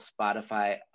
Spotify